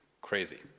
crazy